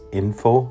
info